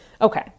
okay